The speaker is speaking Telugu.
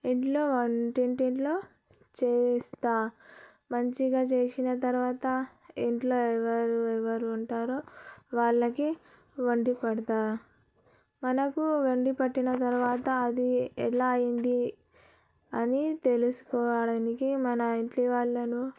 ఇంట్లో వంటింట్లో చేస్తా మంచిగా చేసిన తర్వాత ఇంట్లో ఎవరు ఎవరు ఉంటారో వాళ్ళకి వండి పెడతా మనకు వండి పెట్టిన తర్వాత అది ఎలా అయింది అని తెలుసుకోవడానికి మన ఇంటి వాళ్లను